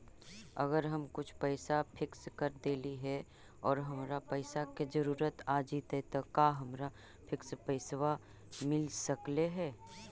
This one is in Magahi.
अगर हम कुछ पैसा फिक्स कर देली हे और हमरा पैसा के जरुरत आ जितै त का हमरा फिक्स पैसबा मिल सकले हे?